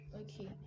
Okay